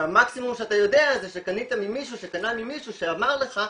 והמקסימום שאתה יודע זה שקנית ממישהו שקנה ממישהו שאמר לך,